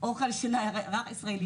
אוכלת את האוכל הישראלי,